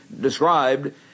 described